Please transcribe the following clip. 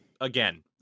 again